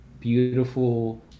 beautiful